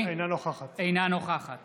אינה נוכחת